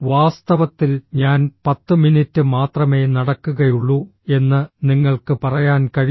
വാസ്തവത്തിൽ ഞാൻ 10 മിനിറ്റ് മാത്രമേ നടക്കുകയുള്ളൂ എന്ന് നിങ്ങൾക്ക് പറയാൻ കഴിയും